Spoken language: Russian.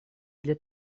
для